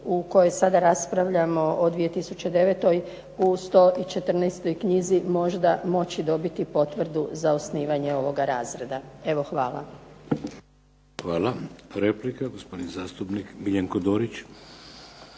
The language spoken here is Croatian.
u kojoj sada raspravljamo o 2009. uz to i 14. knjizi možda moći dobiti potvrdu za osnivanje ovoga razreda. Evo hvala. **Šeks, Vladimir (HDZ)** Hvala. Replika, gospodin zastupnik Miljenko Dorić.